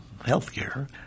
healthcare